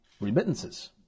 Remittances